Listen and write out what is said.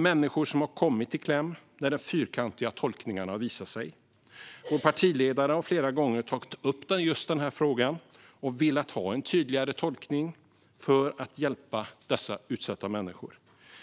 Människor har kommit i kläm när de fyrkantiga tolkningarna har visat sig, och vår partiledare har flera gånger tagit upp detta och velat ha en tydligare tolkning för att hjälpa dessa utsatta människor.